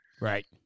Right